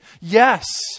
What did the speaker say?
Yes